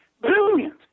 brilliant